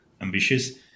ambitious